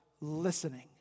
listening